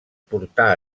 portà